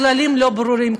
הכללים לא ברורים,